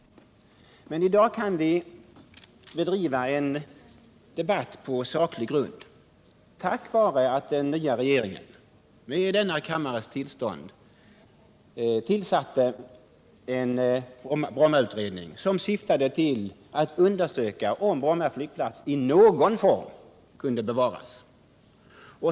I dag kan vi emellertid hålla en debatt på saklig grund tack vare att 109 den nya regeringen med denna kammares tillstånd tillsatte Brommautredningen, som syftade till att undersöka om Bromma flygplats i någon form kunde bevaras.